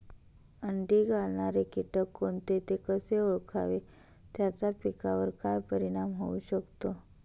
अंडी घालणारे किटक कोणते, ते कसे ओळखावे त्याचा पिकावर काय परिणाम होऊ शकतो?